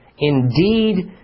indeed